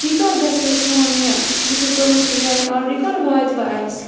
یہِ کر گَژھِ یہِ سون یہِ یُس اسہِ کوٚرمُت چھُ بِریانی آرڈَر یہِ کر واتہِ وۄنۍ اسہِ